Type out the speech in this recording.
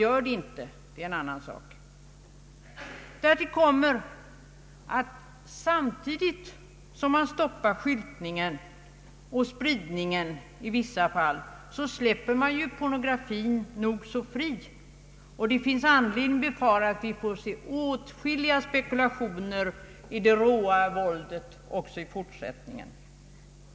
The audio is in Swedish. Att så inte sker är en annan sak. Därtill kommer att samtidigt som man stoppar skyltningen och spridningen i vissa fall släpper man pornografin nog så fri. Det finns anledning befara att vi får se åtskilliga spekula tioner i det råa våldet också i fortsättningen.